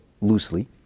loosely